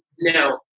No